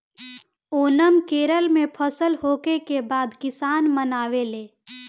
ओनम केरल में फसल होखे के बाद किसान मनावेले